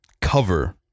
cover